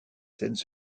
scènes